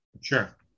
sure